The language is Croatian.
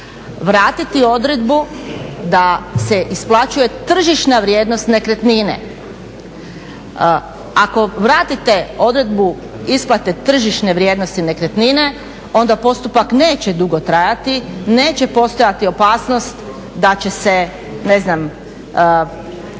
vratiti odredbu da se isplaćuje tržišna vrijednost nekretnine. Ako vratite odredbu isplate tržišne vrijednosti nekretnine, onda postupak neće dugo trajati, neće postojati opasnost da će se, ne znam, da